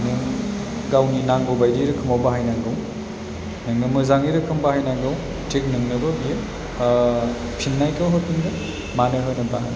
नों गावनि नांगौ बायदि रोखोमाव बाहायनांगौ नोंनो मोजाङै रोखोम बाहायनांगौ थिग नोंनोबो बियो फिन्नायखौ होफिनगोन मानो होनोबा